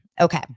Okay